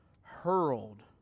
hurled